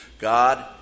God